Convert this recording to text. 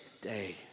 day